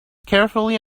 carefully